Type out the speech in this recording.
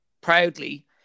Proudly